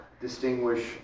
distinguish